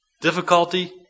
Difficulty